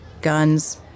Guns